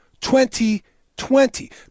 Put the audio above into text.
2020